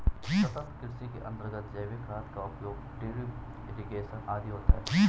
सतत् कृषि के अंतर्गत जैविक खाद का उपयोग, ड्रिप इरिगेशन आदि आता है